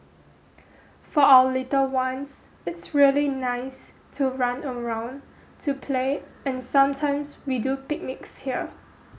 for our little ones it's really nice to run around to play and sometimes we do picnics here